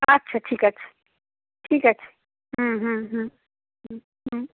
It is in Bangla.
আচ্ছা ঠিক আছে ঠিক আছে হুম হুম হুম হুম হুম